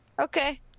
Okay